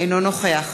אינו נוכח